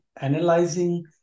analyzing